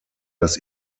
das